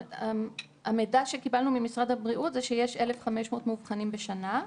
המידע שקיבלנו ממשרד הבריאות הוא שיש 1,500 מאובחנים בשנה.